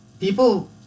People